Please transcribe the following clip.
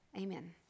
Amen